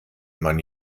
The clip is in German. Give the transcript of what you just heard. man